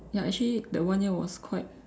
ya actually that one year was quite